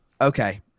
okay